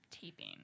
Taping